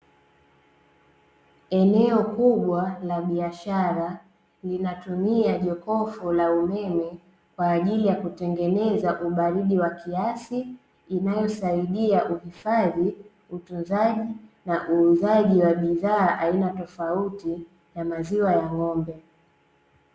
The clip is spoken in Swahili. Eneo kubwa la biashara, linatumia jokofu la umeme kwa ajili ya kutengeneza ubaridi wa kiasi, inayosaidia uhifadhi, utunzaji na uuzaji wa bidhaa aina tofauti ya maziwa ya ng'ombe.